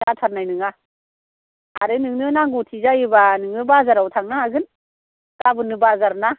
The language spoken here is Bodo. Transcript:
जाथारनाय नोङा आरो नोंनो नांगौथे जायोबा नोङो बाजाराव थांनो हागोन गाबोननो बाजारना